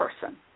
person